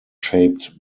shaped